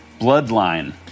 bloodline